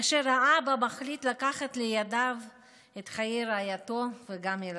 כאשר האבא החליט לקחת לידיו את חיי רעייתו וגם ילדיו.